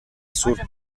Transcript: sur